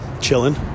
chilling